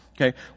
Okay